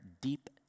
deep